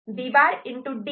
D B'